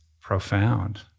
Profound